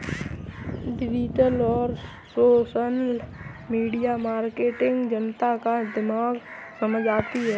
digital और social media marketing जनता का दिमाग समझ जाती है